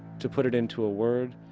to put it into a word,